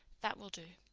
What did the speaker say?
that will do.